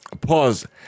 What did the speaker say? pause